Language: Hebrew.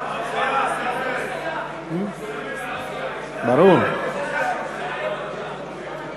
ההצעה להסיר מסדר-היום את הצעת חוק לחינוך נגד גזענות,